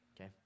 okay